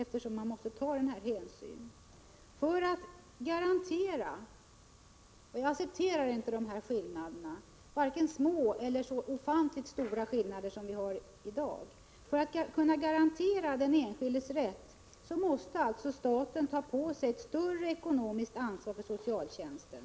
För att kunna garantera — jag går här inte in på skillnaderna, varken de små skillnaderna eller de ofantligt stora skillnader som finns i dag — den enskildes rätt, måste staten ta ett större ekonomiskt ansvar när det gäller socialtjänsten.